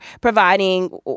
providing